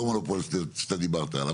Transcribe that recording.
לא המונופול שאתה דיברת עליו,